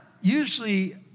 usually